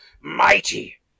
mighty